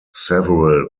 several